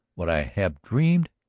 what i have dreamed.